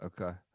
Okay